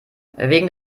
wegen